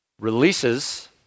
releases